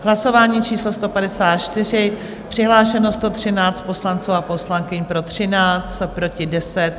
Hlasování číslo 154, přihlášeno 113 poslanců a poslankyň, pro 13, proti 10.